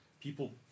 People